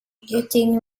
getting